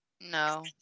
No